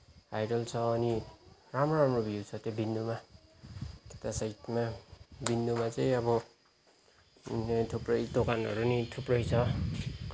hydel छ अनि राम्रो राम्रो भ्यू छ त्यो बिन्दुमा त्यता साइडमा बिन्दुमा चाहिँ अब थुप्रै दोकानहरू पनि थुप्रै छ